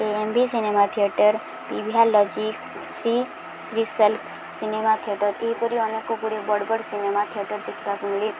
ଏ M B cinema theatre P V R Logix Shri Shri cinema theatre ଏହିପରି ଅନେକ ଗୁଡ଼ିଏ ବଡ଼ ବଡ଼ ସିନେମା ଥିଏଟର୍ ଦେଖିବାକୁ ମିଳେ